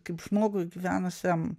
kaip žmogui gyvenusiam